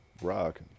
rock